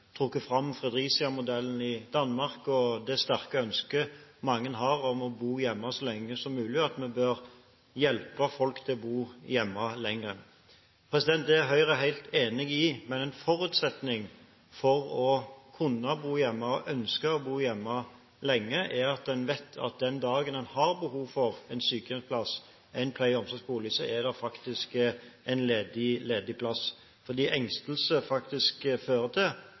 trukket fram Fredericia-modellen i Danmark og det sterke ønsket mange har om å bo hjemme så lenge som mulig, og at man bør hjelpe folk til å bo hjemme lenger. Det er Høyre helt enig i. Men en forutsetning for å kunne bo hjemme og å bo hjemme lenge er at en vet at den dagen en har behov for en sykehjemsplass eller en pleie- og omsorgsbolig, er det faktisk en ledig plass. Engstelse fører til